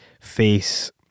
face